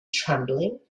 trembling